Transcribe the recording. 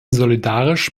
solidarisch